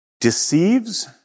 deceives